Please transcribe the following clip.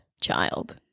child